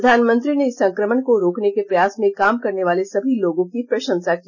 प्रधानमंत्री ने इस संक्रमण को रोकने के प्रयास में काम करने वाले सभी लोगों की प्रशंसा की